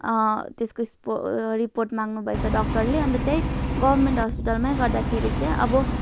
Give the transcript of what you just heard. त्यसको स्पो रिपोर्ट माग्नुभएछ डक्टरले अन्त त्यही गभर्मेन्ट हस्पिटलमै गर्दाखेरि चाहिँ अब